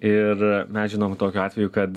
ir mes žinom tokiu atveju kad